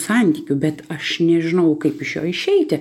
santykiu bet aš nežinau kaip iš jo išeiti